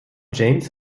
james